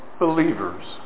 believers